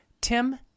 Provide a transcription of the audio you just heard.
Tim